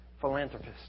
philanthropist